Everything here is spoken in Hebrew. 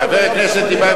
חבר הכנסת טיבייב,